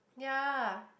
yeah